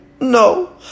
No